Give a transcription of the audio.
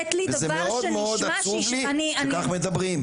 זה מאוד מאוד עצוב לי שכך מדברים.